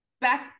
back